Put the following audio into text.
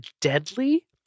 deadly